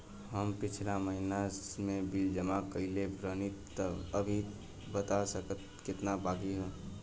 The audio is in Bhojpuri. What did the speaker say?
हम पिछला महीना में बिल जमा कइले रनि अभी बता सकेला केतना बाकि बा?